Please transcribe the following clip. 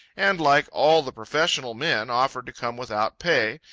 and, like all the professional men, offered to come without pay,